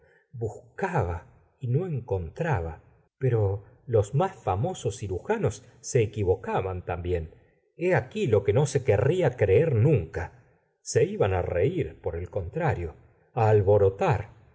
buscaba y no encontraba pero los más famosos cirujanos se equivocaban también he aquí lo que no se querria creer nunca se iban á reir por el contrario á alborotar